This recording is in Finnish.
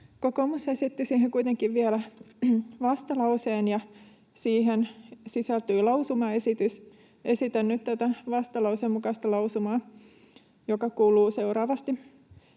Kokoomus esitti siihen kuitenkin vielä vastalauseen, ja siihen sisältyy lausumaesitys. Esitän nyt tämän vastalauseen mukaisen lausuman, joka kuuluu seuraavasti: